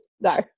No